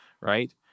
right